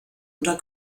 oder